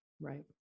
Right